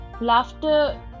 Laughter